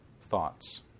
thoughts